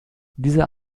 dieser